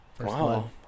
Wow